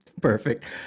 Perfect